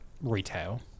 retail